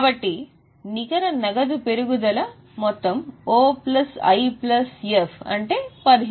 కాబట్టి నికర నగదు పెరుగుదల ఇది మొత్తం O plus I plus F అంటే 1700